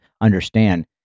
understand